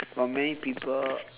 for many people